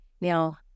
Now